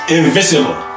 invisible